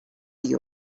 you